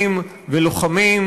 וחיילים ולוחמים,